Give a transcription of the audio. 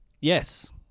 Yes